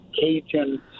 Cajun